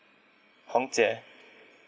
hong jie